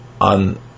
on